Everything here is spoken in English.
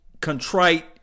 contrite